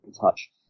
touch